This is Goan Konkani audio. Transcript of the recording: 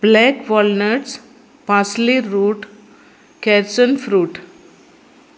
ब्लॅक वॉलनट्स पासली रूट कॅसन फ्रूट